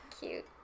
Cute